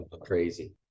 crazy